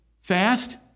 fast